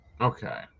okay